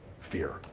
fear